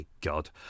God